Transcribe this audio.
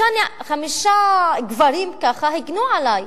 חמישה גברים ככה הגנו עלי.